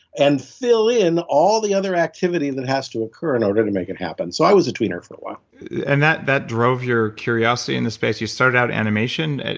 and fill in all the other activity that has to occur in order to make it happen. so i was a tweener for a while and that that drove your curiosity in this space. you started out animation?